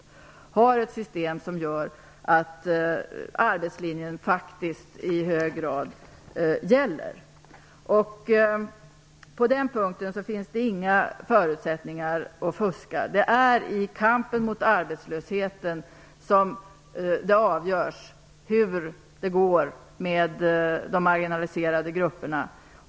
Därigenom har vi ett system som gör att arbetslinjen faktiskt i hög grad gäller. På den punkten finns det inga förutsättningar att fuska. Det är i kampen mot arbetslösheten som det avgörs hur det går med de marginaliserade grupperna.